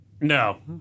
No